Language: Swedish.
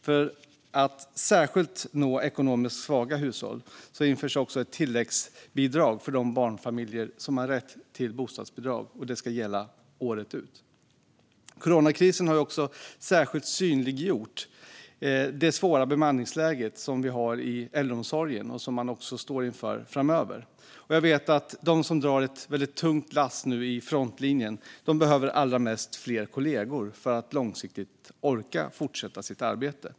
För att särskilt nå ekonomiskt svaga hushåll införs ett tilläggsbidrag för de barnfamiljer som har rätt till bostadsbidrag. Det ska gälla året ut. Coronakrisen har särskilt synliggjort det svåra bemanningsläge som vi har i äldreomsorgen och som man också står inför framöver. Jag vet att de som drar ett tungt lass nu vid frontlinjen mest av allt behöver fler kollegor för att långsiktigt orka fortsätta sitt arbete.